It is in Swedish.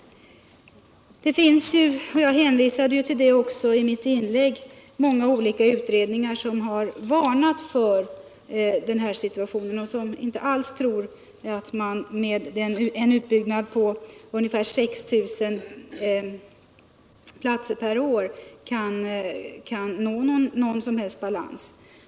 Många olika utredningar har — jag hänvisade också tll det i mitt inlägg — varnat för den här situationen. De har inte ansett att man kan nå någon balans med en utbyggnad på ungefär 6 000 platser per år.